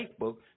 Facebook